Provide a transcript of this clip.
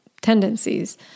tendencies